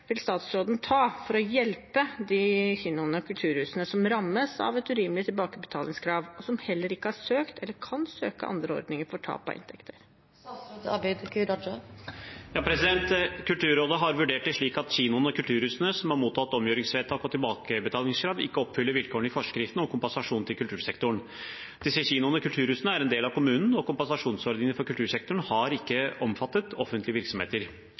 vil statsråden ta for å hjelpe de kinoene og kulturhusene som rammes av et urimelig tilbakebetalingskrav, og som heller ikke har søkt eller kan søke andre ordninger for tap av inntekter?» Kulturrådet har vurdert det slik at kinoene og kulturhusene som har mottatt omgjøringsvedtak og tilbakebetalingskrav, ikke oppfyller vilkårene i forskriften om kompensasjon til kultursektoren. Disse kinoene og kulturhusene er en del av kommunen, og kompensasjonsordningen for kultursektoren har ikke omfattet offentlige virksomheter.